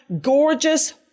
gorgeous